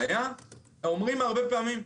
אומרים הרבה פעמים,